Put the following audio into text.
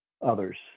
others